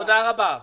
תודה רבה.